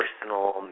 personal